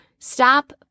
Stop